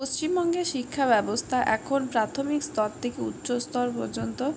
পশ্চিমবঙ্গের শিক্ষা ব্যবস্থা এখন প্রাথমিক স্তর থেকে উচ্চ স্তর পর্যন্ত